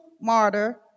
martyr